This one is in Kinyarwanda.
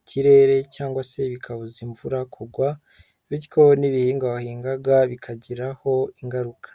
ikirere cyangwa se bikabuza imvura kugwa, bityo n'ibihingwa wahingaga bikagiraho ingaruka.